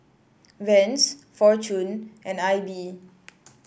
Vans Fortune and I B